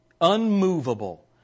unmovable